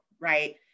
right